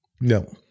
No